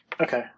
Okay